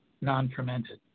non-fermented